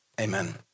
Amen